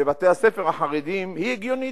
בבתי-הספר החרדיים היא הגיונית.